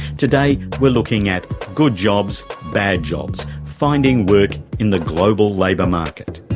today we're looking at good jobs, bad jobs, finding work in the global labour market.